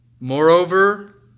Moreover